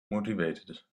motivated